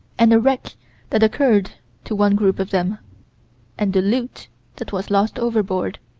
and a wreck that occurred to one group of them and the loot that was lost overboard